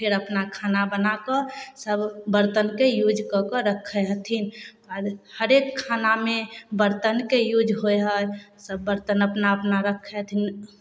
फेर अपना खाना बना कऽ सभ बरतनके यूज कऽ कऽ रखै हथिन आर हरेक खानामे बरतनके यूज होइ हइ सभ बरतन अपना अपना रखै हथिन